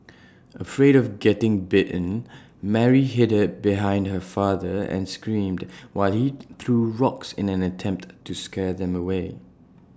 afraid of getting bitten Mary hid behind her father and screamed while he threw rocks in an attempt to scare them away